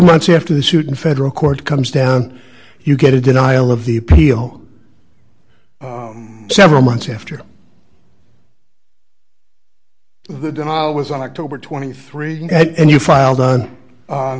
months after the suit in federal court comes down you get a denial of the appeal several months after the denial was on october twenty three and you filed on